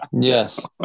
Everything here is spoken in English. yes